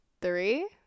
three